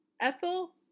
Ethel